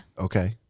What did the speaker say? Okay